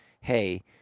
hey